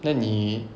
那你